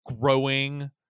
growing